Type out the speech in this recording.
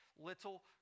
little